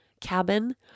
cabin